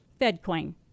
FedCoin